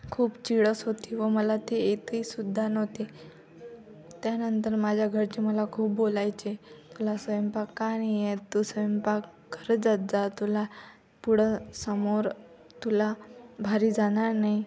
खूप चिळस होती व मला ते येते सुद्धा नव्हते त्यानंतर माझ्या घरचे मला खूप बोलायचे तुला स्वयंपाक का नाही येत तू स्वयंपाक करत जात जा तुला पुढं समोर तुला भारी जाणार नाही